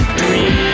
dream